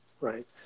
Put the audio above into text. Right